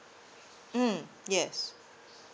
mm yes